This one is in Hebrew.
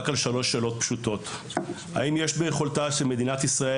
על שלוש שאלות פשוטות: האם יש ביכולתה של מדינת ישראל